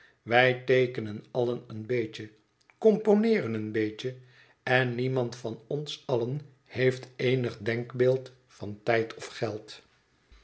wij teekenen allen een beetje componeeren een beetje en niemand van ons allen heeft eenig denkbeeld van tijd of geld